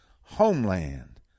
Homeland